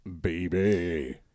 Baby